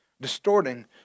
distorting